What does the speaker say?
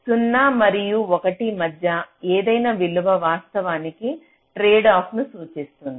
0 మరియు 1 మధ్య ఏదైనా విలువ వాస్తవానికి ట్రేడ్ఆఫ్ను సూచిస్తుంది